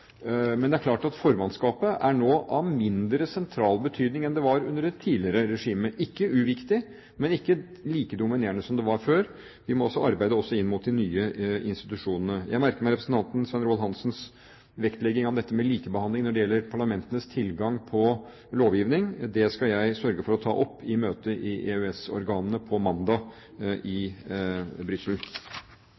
Men det er klart at formannskapet nå er av mindre sentral betydning enn det var under et tidligere regime – ikke uviktig, men ikke like dominerende som det var før. Vi må også arbeide inn mot de nye institusjonene. Jeg merker meg representanten Svein Roald Hansens vektlegging av dette med likebehandling når det gjelder parlamentenes tilgang til lovgivning. Det skal jeg sørge for å ta opp i møtet i EØS-organene i Brussel på mandag.